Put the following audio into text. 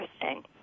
interesting